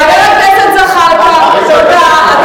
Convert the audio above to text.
חבר הכנסת זחאלקה, תודה.